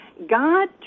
God